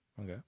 okay